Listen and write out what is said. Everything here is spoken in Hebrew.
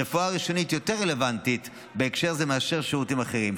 רפואה ראשונית היא יותר רלוונטית בהקשר זה מאשר שירותים אחרים,